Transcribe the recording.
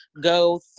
go